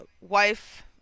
wife